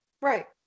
Right